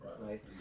Right